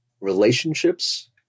relationships